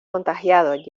contagiados